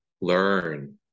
learn